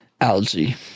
Algae